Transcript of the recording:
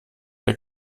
der